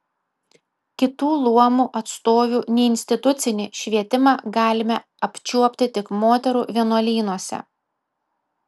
kitų luomų atstovių neinstitucinį švietimą galime apčiuopti tik moterų vienuolynuose